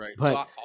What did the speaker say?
Right